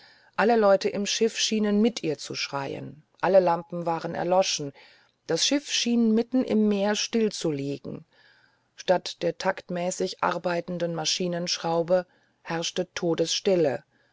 alle leute im schiff schienen mit ihr zu schreien alle lampen waren erloschen das schiff schien mitten im meer still zu liegen statt der taktmäßig arbeitenden maschinenschraube herrschte todesstille